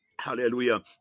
hallelujah